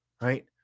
right